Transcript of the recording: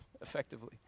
effectively